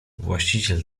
właściciel